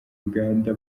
uganda